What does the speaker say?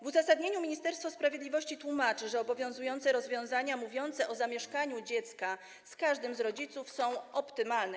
W uzasadnieniu Ministerstwo Sprawiedliwości tłumaczy, że obowiązujące rozwiązania dotyczące zamieszkania dziecka z każdym z rodziców są dzisiaj optymalne.